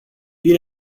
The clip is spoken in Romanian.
din